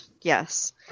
yes